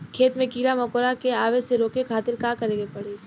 खेत मे कीड़ा मकोरा के आवे से रोके खातिर का करे के पड़ी?